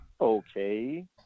okay